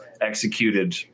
executed